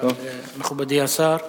מכובדי השר.